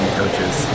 coaches